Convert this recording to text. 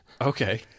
Okay